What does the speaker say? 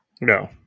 No